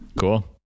Cool